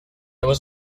was